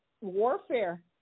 warfare